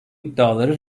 iddiaları